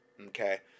Okay